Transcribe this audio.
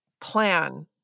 plan